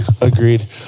Agreed